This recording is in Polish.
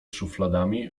szufladami